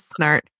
snart